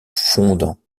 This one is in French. fondant